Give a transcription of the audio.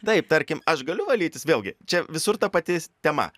taip tarkim aš galiu valytis vėlgi čia visur ta pati tema